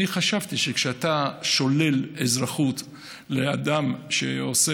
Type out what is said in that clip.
אני חשבתי שכשאתה שולל אזרחות לאדם שעושה